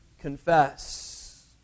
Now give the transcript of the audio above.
confess